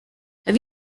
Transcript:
have